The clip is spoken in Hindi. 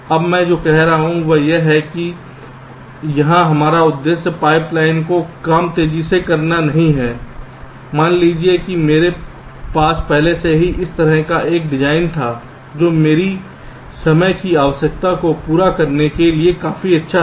अब मैं जो कह रहा हूं वह यह है कि यहां हमारा उद्देश्य पाइप लाइन का काम तेजी से करना नहीं है मान लीजिए कि मेरे पास पहले से ही इस तरह का डिजाइन था जो मेरी समय की आवश्यकता को पूरा करने के लिए काफी अच्छा था